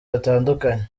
hatandukanye